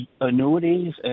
annuities